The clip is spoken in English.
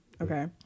okay